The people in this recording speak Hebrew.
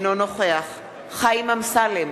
אינו נוכח חיים אמסלם,